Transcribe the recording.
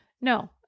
No